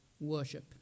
worship